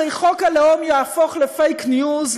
הרי חוק הלאום יהפוך ל-fake news,